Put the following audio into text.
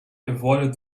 avoided